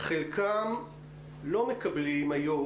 לא ילדי הקורונה,